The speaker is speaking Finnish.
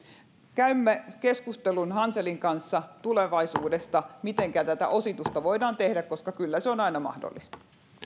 käymme keskustelun hanselin kanssa tulevaisuudesta mitenkä tätä ositusta voidaan tehdä koska kyllä se on aina mahdollista